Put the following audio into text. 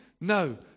No